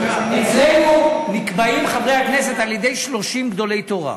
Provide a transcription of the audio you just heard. אצלנו נקבעים חברי הכנסת על-ידי 30 גדולי תורה.